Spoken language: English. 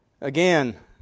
again